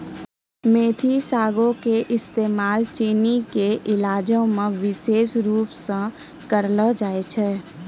मेथी सागो के इस्तेमाल चीनी के इलाजो मे विशेष रुपो से करलो जाय छै